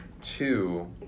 two